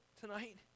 tonight